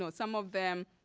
so some of them